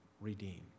redeemed